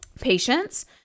patients